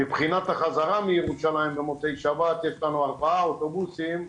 מבחינת החזרה מירושלים במוצאי שבת יש לנו ארבעה אוטובוסים.